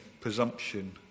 presumption